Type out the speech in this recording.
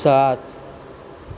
सात